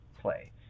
play